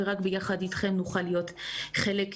ורק אתכם נוכל להיות חלק מזה.